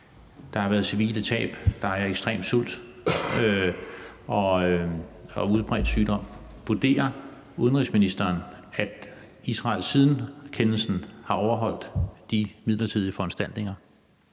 Der har været civile tab. Der er ekstrem sult og udbredt sygdom. Vurderer udenrigsministeren, at Israel siden kendelsen har overholdt de midlertidige foranstaltninger?